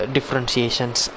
Differentiations